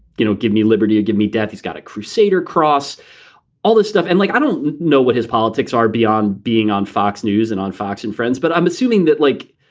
you know, give me liberty or give me death. he's got a crusader cross all this stuff. and like, i don't know what his politics are beyond being on fox news and on fox and friends, but i'm assuming that like.